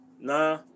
Nah